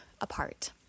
apart